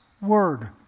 word